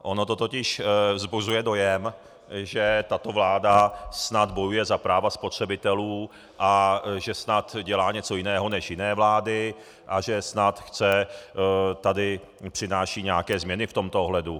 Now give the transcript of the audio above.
Ono to totiž vzbuzuje dojem, že tato vláda snad bojuje za práva spotřebitelů a že snad dělá něco jiného než jiné vlády a že snad přináší nějaké změny v tomto ohledu.